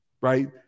right